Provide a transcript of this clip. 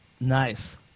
Nice